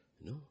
No